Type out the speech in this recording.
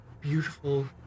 beautiful